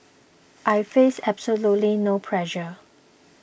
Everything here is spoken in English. I face absolutely no pressure